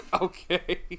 okay